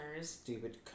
stupid